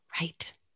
Right